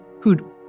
who'd